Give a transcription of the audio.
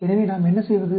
எனவே நாம் என்ன செய்வது